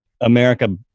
America